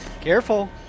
careful